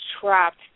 trapped